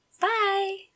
Bye